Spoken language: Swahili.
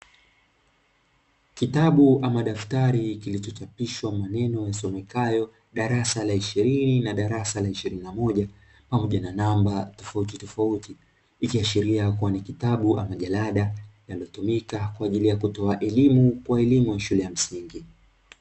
Kitabu ama daftari kilichochapishwa maneno yalisomekayo darasa la ishirini na darasa la ishirini na moja pamoja na namba tofauti tofauti, ikiashiria kuwa ni kitabu ama jalada yametumika kwa ajili ya kutoa elimu kwa elimu ya shule ya msingi.